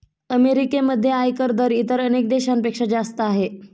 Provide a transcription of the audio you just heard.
अमेरिकेमध्ये आयकर दर इतर अनेक देशांपेक्षा जास्त आहे